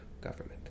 government